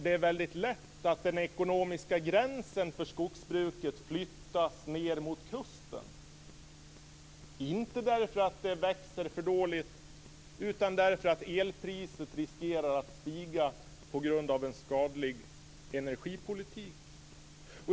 Det är väldigt lätt att den ekonomiska gränsen för skogsbruket flyttas ned mot kusten, inte därför att det växer för dåligt utan därför att elpriset riskerar att stiga på grund av en statlig energipolitik.